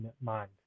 mind